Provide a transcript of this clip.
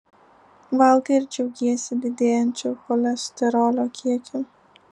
valgai ir džiaugiesi didėjančiu cholesterolio kiekiu